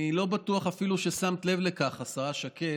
אני לא בטוח אפילו ששמת לב לכך, השרה שקד,